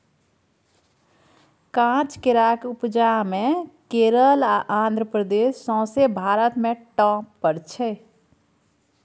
काँच केराक उपजा मे केरल आ आंध्र प्रदेश सौंसे भारत मे टाँप पर छै